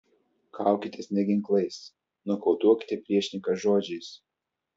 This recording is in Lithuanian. kaukitės ne ginklais nokautuokite priešininką žodžiais